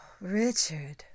Richard